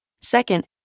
Second